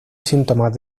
síntomas